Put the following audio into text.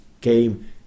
came